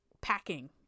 packing